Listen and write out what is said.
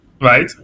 right